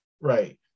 Right